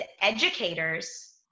educators